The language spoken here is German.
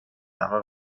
aber